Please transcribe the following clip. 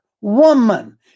woman